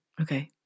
Okay